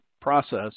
process